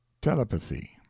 telepathy